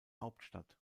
hauptstadt